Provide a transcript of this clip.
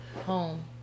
home